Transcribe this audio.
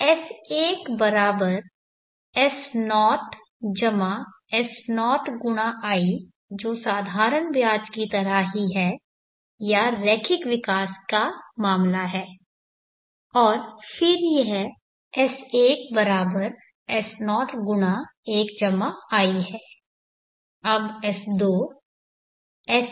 अब S1S0S0×i यह साधारण ब्याज की तरह ही है या रैखिक विकास का मामला है और फिर यह S1 S0×1 i है